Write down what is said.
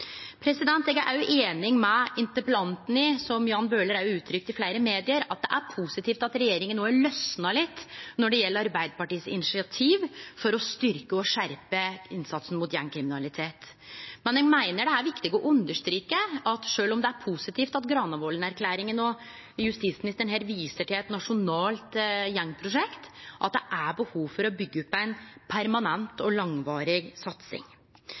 Eg er også einig med interpellanten – som han også har uttrykt i fleire medium – i at det er positivt at regjeringa no har losna litt når det gjeld Arbeidarpartiets initiativ for å styrkje og skjerpe innsatsen mot gjengkriminalitet. Men eg meiner det er viktig å streke under at sjølv om det er positivt at Granavolden-erklæringa og justisministeren her viser til eit nasjonalt gjengprosjekt, er det behov for å byggje opp ei permanent og langvarig satsing.